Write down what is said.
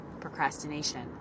procrastination